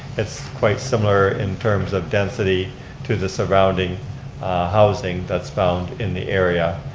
it's quite similar in terms of density to the surrounding housing that's found in the area.